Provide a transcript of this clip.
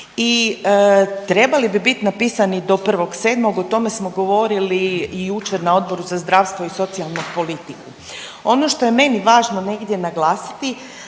i trebali bi bit napisani do 1.7., o tome smo govorili i jučer na Odboru za zdravstvo i socijalnu politiku. Ono što je meni važno negdje naglasiti